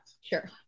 Sure